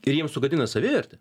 ir jiems sugadina savivertę